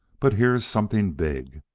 but here's something big.